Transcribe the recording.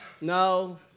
no